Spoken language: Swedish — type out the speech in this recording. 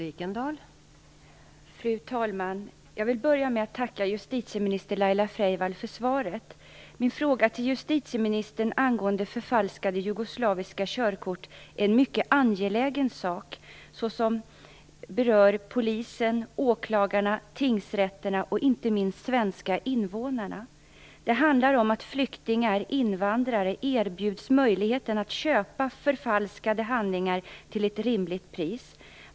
Fru talman! Jag vill börja med att tacka justitieminister Laila Freivalds för svaret. Min fråga till justitieministern angående förfalskade jugoslaviska körkort är en mycket angelägen sak, som berör polisen, åklagarna, tingsrätterna och inte minst de svenska invånarna. Det handlar om att flyktingar och invandrare erbjuds möjligheten att köpa förfalskade handlingar till ett rimligt pris.